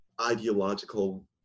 ideological